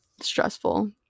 stressful